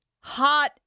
hot